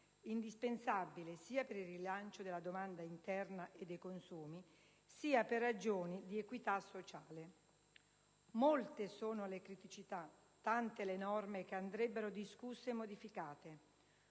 indispensabile sia per il rilancio della domanda interna e dei consumi, sia per ragioni di equità sociale. Molte sono le criticità, tante le norme che andrebbero discusse e modificate.